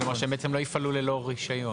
כדי שהן לא יפעלו ללא רישיון?